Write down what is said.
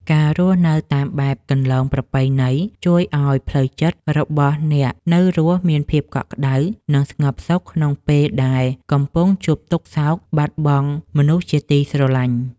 ការរស់នៅតាមបែបគន្លងប្រពៃណីជួយឱ្យផ្លូវចិត្តរបស់អ្នកនៅរស់មានភាពកក់ក្តៅ និងស្ងប់សុខក្នុងពេលដែលកំពុងជួបទុក្ខសោកបាត់បង់មនុស្សជាទីស្រឡាញ់។